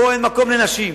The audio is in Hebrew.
פה אין מקום לנשים,